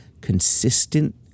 consistent